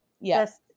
Yes